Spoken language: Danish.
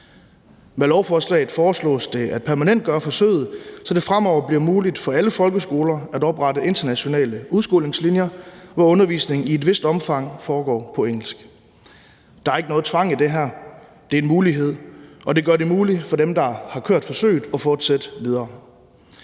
Med lovforslaget foreslås det at permanentgøre forsøget, så det fremover bliver muligt for alle folkeskoler at oprette internationale udskolingslinjer, hvor undervisningen i et vist omfang foregår på engelsk. Der er ikke noget tvang i det her – det er en mulighed – og det gør det muligt for dem, der har kørt forsøget, at fortsætte videre.